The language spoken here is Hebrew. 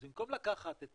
אז במקום לקחת את